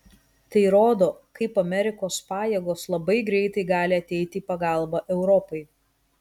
tai rodo kaip amerikos pajėgos labai greitai gali ateiti į pagalbą europai